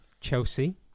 Chelsea